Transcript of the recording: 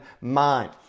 mind